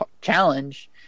challenge